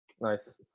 nice